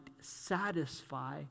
satisfy